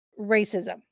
racism